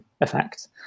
effect